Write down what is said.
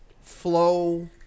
flow